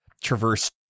traverse